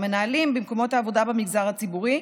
המנהלים במקומות העבודה במגזר הציבורי.